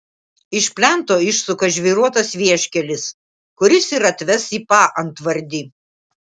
iš plento išsuka žvyruotas vieškelis kuris ir atves į paantvardį